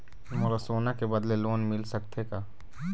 मोला सोना के बदले लोन मिल सकथे का?